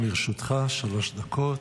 גם לרשותך שלוש דקות.